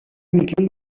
میگین